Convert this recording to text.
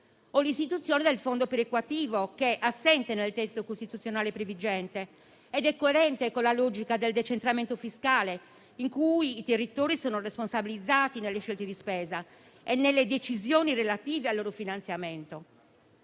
istituire il fondo perequativo, che è assente nel testo costituzionale previgente ed è coerente con la logica del decentramento fiscale, in cui i territori sono responsabilizzati nelle scelte di spesa e nelle decisioni relative al loro finanziamento;